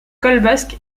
colbosc